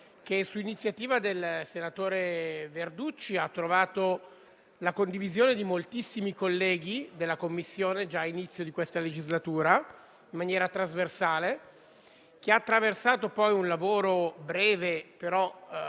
e, su iniziativa del senatore Verducci, ha trovato la condivisione di moltissimi colleghi della Commissione già all'inizio di questa legislatura, in maniera trasversale. A seguito di un lavoro breve, ma